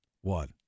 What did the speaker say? one